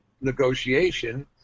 negotiation